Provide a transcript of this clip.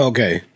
Okay